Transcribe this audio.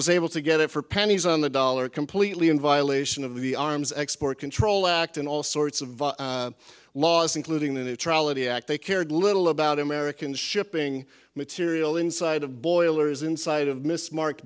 was able to get it for pennies on the dollar completely in violation of the arms export control act and all sorts of laws including the neutrality act they cared little about american shipping material inside of boilers inside of miss mark